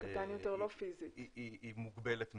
מוגבלת מאוד.